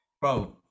bro